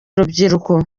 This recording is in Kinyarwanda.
rubyiruko